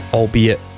Albeit